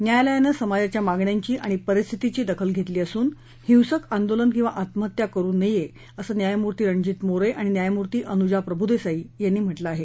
न्यायालयानं समाजाच्या मागण्यांची आणि परिस्थितीची दखल घेतली असून हिंसक आंदोलन किंवा आत्महत्या करू नये असं न्यायमूर्ती रणजित मोरे आणि न्यायमूर्ती अनुजा प्रभूदेसाई यांनी म्हटलं आहे